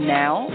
now